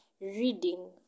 reading